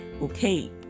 okay